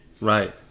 Right